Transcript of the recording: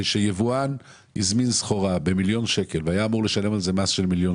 כשיבואן הזמין סחורה במיליון שקלים והיה אמור לשלם על זה מס של מיליון